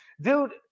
Dude